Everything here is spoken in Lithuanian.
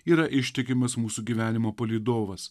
yra ištikimas mūsų gyvenimo palydovas